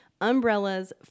umbrellas